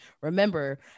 Remember